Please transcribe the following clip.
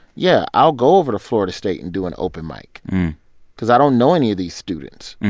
yeah, i'll go over to florida state and do an open mic because i don't know any of these students.